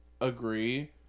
agree